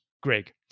Greg